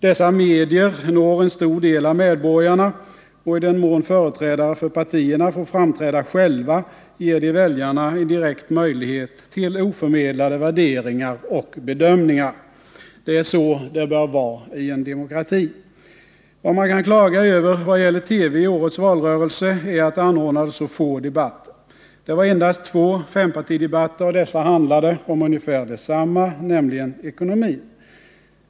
Dessa medier når en stor del av medborgarna, och i den mån företrädare för partierna får framträda själva ger de väljarna en direkt möjlighet till oförmedlade värderingar och bedömningar. Det är så det bör vara i en demokrati. Vad man kan klaga över när det gäller TV i årets valrörelse är att det anordnades så få debatter. Det var endast två fempartidebatter, och dessa handlade om ungefär detsamma, nämligen ekonomin.